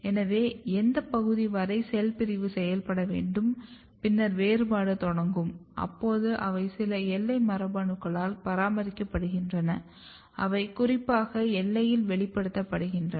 எனவே எந்தப் பகுதி வரை செல் பிரிவு செயல்ப்பட வேண்டும் பின்னர் வேறுபாடு தொடங்கும் அப்போது அவை சில எல்லை மரபணுக்களால் பராமரிக்கப்படுகின்றன அவை குறிப்பாக எல்லையில் வெளிப்படுத்தப்படுகின்றன